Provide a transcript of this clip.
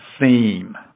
theme